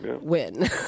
win